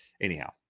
Anyhow